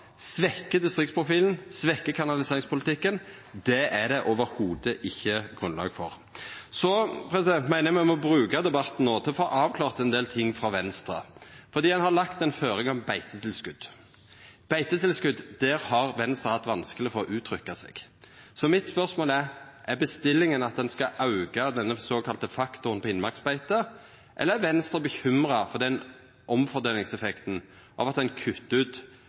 distriktsprofilen, svekkjer kanaliseringspolitikken, er det ikkje i det heile grunnlag for. Så meiner eg me må bruka debatten no til å få avklara ein del ting frå Venstre, for ein har lagt ei føring om beitetilskot. Når det gjeld beitetilskot, har Venstre hatt vanskeleg for å uttrykka seg. Mitt spørsmål er: Er bestillinga at ein skal auka denne såkalla faktoren på innmarksbeite, eller er Venstre bekymra for omfordelingseffekten av at ein kuttar ut